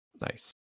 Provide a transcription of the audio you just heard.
Nice